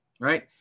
right